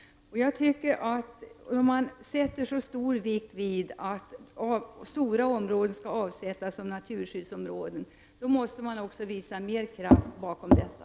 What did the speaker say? Om man fäster så stor vikt vid att stora områden skall avsättas som naturskyddsområden måste man också sätta mer kraft bakom detta.